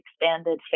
expanded